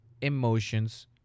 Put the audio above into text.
emotions